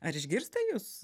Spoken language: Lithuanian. ar išgirsta jus